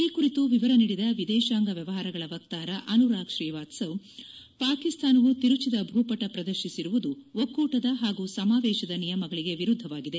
ಈ ಕುರಿತು ವಿವರ ನೀಡಿದ ವಿದೇಶಾಂಗ ವ್ಯವಹಾರಗಳ ವಕ್ತಾರ ಅನುರಾಗ್ ಶ್ರೀವಾತ್ಸವ ಪಾಕಿಸ್ತಾನವು ತಿರುಚಿದ ಭೂಪಟ ಪ್ರದರ್ಶಿಸಿರುವುದು ಒಕ್ಕೂಟದ ಹಾಗೂ ಸಮಾವೇಶದ ನಿಯಮಗಳಿಗೆ ವಿರುದ್ದವಾಗಿದೆ